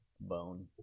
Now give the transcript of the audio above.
bone